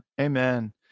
Amen